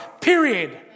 period